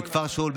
בכפר שאול,